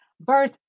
verse